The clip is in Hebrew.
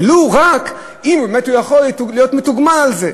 ולו רק אם באמת הוא יכול להיות מתוגמל על זה.